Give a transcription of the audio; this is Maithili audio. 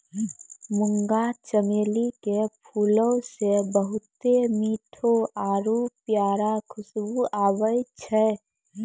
मुंगा चमेली के फूलो से बहुते मीठो आरु प्यारा खुशबु आबै छै